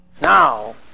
Now